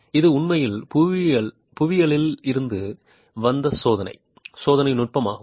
இது உண்மையில் புவியியலில் இருந்து வந்த சோதனை சோதனை நுட்பமாகும்